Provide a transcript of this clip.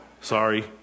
Sorry